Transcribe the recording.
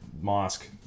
mosque